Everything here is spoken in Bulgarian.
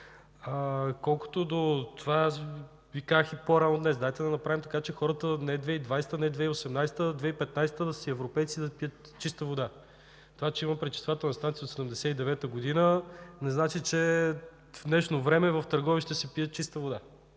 колкото това, аз Ви казах и по-рано днес: дайте да направим така, че хората не в 2020 г., не в 2018 г., а в 2015 г. да са си европейци, да пият чиста вода. Това, че има пречиствателна станция от 1979 г., не значи, че в днешно време в Търговище се пие чиста вода.